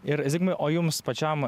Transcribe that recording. ir zigmai o jums pačiam